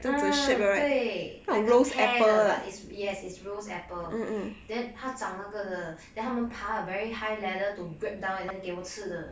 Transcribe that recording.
um 对 like a pear 的 but yes it's rose apple then 它长那个的 then 他们爬 very high ladder to grab down then 给我们吃的